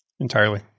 Entirely